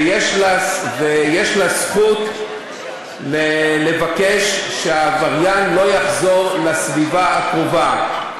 ויש לה זכות לבקש שהעבריין לא יחזור לסביבה הקרובה.